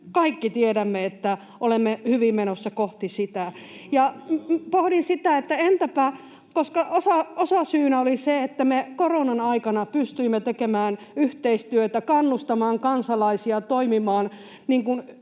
kaikki tiedämme, että olemme hyvin menossa kohti sitä. Pohdin sitä, että osasyynä oli se, että me koronan aikana pystyimme tekemään yhteistyötä, kannustamaan kansalaisia toimimaan,